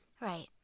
Right